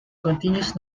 continues